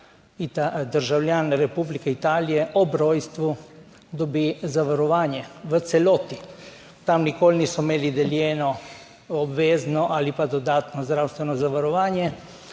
Vsak državljan Republike Italije ob rojstvu dobi zavarovanje v celoti. Tam nikoli niso imeli deljeno obvezno ali pa dodatno zdravstveno zavarovanje